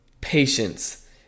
patience